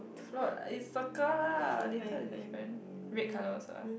float is circle lah later is different red colour also ah